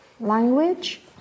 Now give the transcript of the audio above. Language